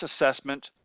assessment